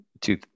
two